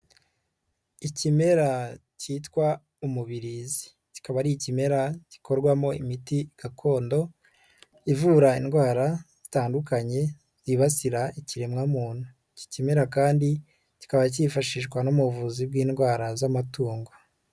Ikimera cyitwa umubirizi. Kikaba ari ikimera gikorwamo imiti gakondo, ivura indwara zitandukanye, yibasira ikiremwamuntu. Iki kimera kandi kikaba cyifashishwa no mu buvuzi bw'indwara z'amatungo.